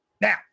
Now